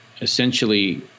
essentially